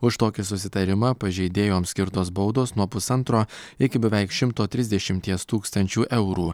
už tokį susitarimą pažeidėjoms skirtos baudos nuo pusantro iki beveik šimto trisdešimties tūkstančių eurų